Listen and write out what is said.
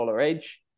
edge